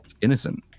innocent